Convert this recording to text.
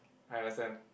I understand